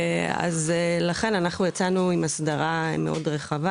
ולכן יצאנו עם הסדרה מאוד רחבה